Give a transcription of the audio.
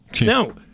no